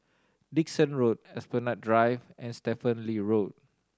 Dickson Road Esplanade Drive and Stephen Lee Road